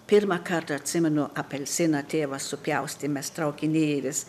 pirmą kartą atsimenu apelsiną tėvas supjaustė mes traukiny ir jis